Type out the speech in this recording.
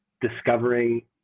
discovering